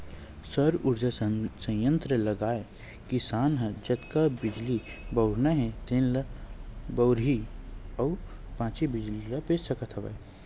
सउर उरजा संयत्र लगाए किसान ह जतका बिजली बउरना हे तेन ल बउरही अउ बाचे बिजली ल बेच सकत हवय